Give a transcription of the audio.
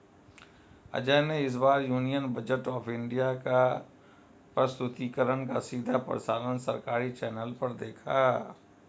अजय ने इस बार यूनियन बजट ऑफ़ इंडिया का प्रस्तुतिकरण का सीधा प्रसारण सरकारी चैनल पर देखा